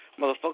motherfucker